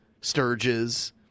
Sturges